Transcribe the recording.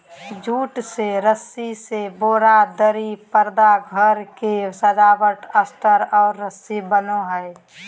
jute से रस्सी से बोरा, दरी, परदा घर के सजावट अस्तर और रस्सी बनो हइ